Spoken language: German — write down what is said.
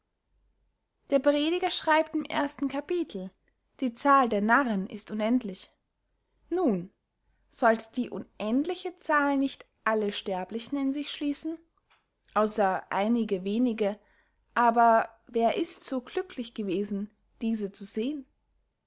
der prediger schreibt im ersten capitel die zahl der narren ist unendlich nun sollte die unendliche zahl nicht alle sterblichen in sich schliessen ausser einige wenige aber wer ist so glücklich gewesen diese zu sehen